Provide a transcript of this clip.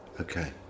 Okay